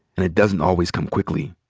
and it doesn't always come quickly.